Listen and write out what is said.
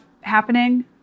happening